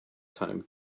time